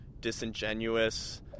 disingenuous